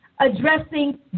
addressing